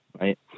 right